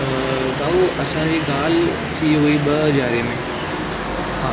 त भाऊ असांजी ॻाल्हि थी हुई ॿ हज़ार में हा